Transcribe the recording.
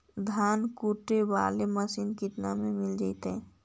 धान कुटे बाला मशीन केतना में मिल जइतै?